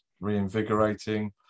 reinvigorating